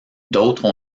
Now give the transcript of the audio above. d’autres